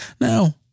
Now